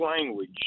language